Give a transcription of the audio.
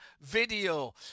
video